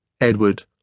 Edward